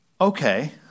Okay